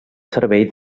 servei